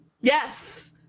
yes